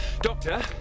Doctor